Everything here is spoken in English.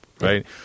right